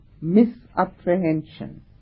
misapprehension